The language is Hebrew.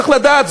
צריך לדעת,